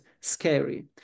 scary